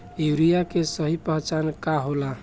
Urea के सही पहचान का होला?